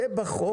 זה בחוק.